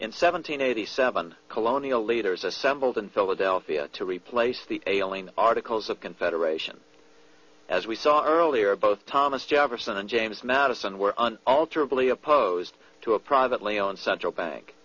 in seventeen eighty seven colonial leaders assembled in philadelphia to replace the ailing articles of confederation as we saw earlier both thomas jefferson and james madison were all truly opposed to a privately owned central bank